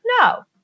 No